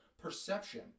perception